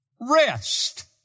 rest